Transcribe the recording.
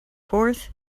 fourth